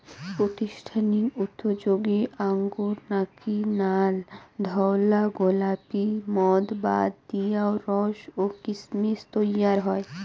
প্রাতিষ্ঠানিক উতোযোগে আঙুর থাকি নাল, ধওলা, গোলাপী মদ বাদ দিয়াও রস ও কিসমিস তৈয়ার হয়